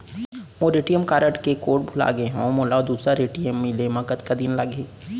मोर ATM card के code भुला गे हव, मोला दूसर ए.टी.एम मिले म कतका दिन लागही?